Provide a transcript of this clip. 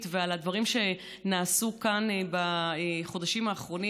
ועל הדברים שנעשו כאן בחודשים האחרונים,